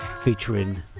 Featuring